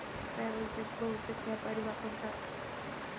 travel cheque बहुतेक व्यापारी वापरतात